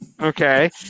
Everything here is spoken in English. Okay